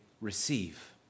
receive